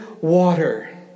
water